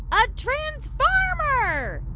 a transfarmer.